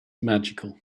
magical